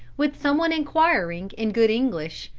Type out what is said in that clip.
with some one enquiring, in good english,